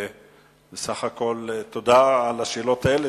בסך הכול, תודה על השאלות האלה.